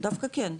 דווקא כן.